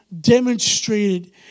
demonstrated